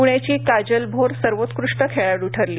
पुण्याची काजल भोर सर्वोत्कृष्ट खेळाडू ठरली